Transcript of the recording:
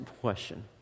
question